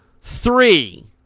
three